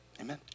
amen